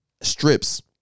Strips